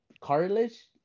cartilage